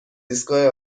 ایستگاه